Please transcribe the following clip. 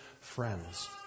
friends